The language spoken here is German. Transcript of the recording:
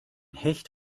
hecht